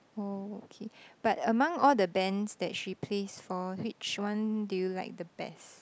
okay but among all the bands that she plays for which one did you like the best